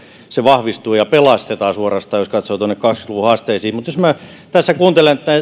vahvistuu ja suorastaan pelastetaan jos katsotaan tuonne kaksikymmentä luvun haasteisiin mutta jos minä tässä kuuntelen